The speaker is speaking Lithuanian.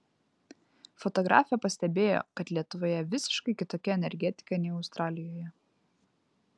fotografė pastebėjo kad lietuvoje visiškai kitokia energetika nei australijoje